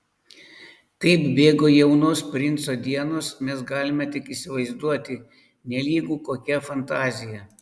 kaip bėgo jaunos princo dienos mes galime tik įsivaizduoti nelygu kokia fantazija